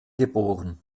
geboren